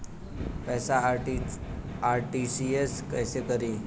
पैसा आर.टी.जी.एस कैसे करी?